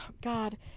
God